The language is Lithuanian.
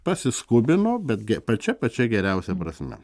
pasiskubino betgi pačia pačia geriausia prasme